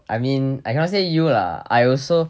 I mean I cannot say you lah I also